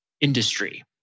industry